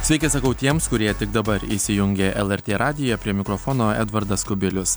sveiki sakau tiems kurie tik dabar įsijungė lrt radiją prie mikrofono edvardas kubilius